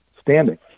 standing